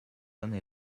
année